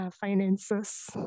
Finances